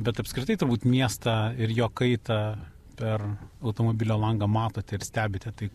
bet apskritai turbūt miestą ir jo kaitą per automobilio langą matote ir stebite tai